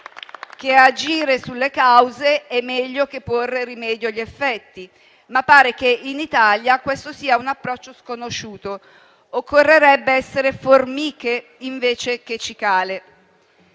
che agire sulle cause è meglio che porre rimedio agli effetti, ma pare che in Italia questo sia un approccio sconosciuto. Occorrerebbe essere formiche invece che cicale.